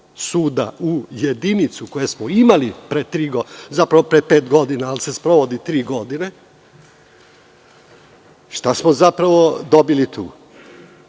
suda u jedinicu, koje smo imali pre tri, zapravo pre pet godina, ali se sprovodi tri godine, šta smo zapravo dobili tu?